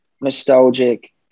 nostalgic